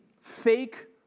fake